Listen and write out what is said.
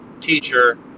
teacher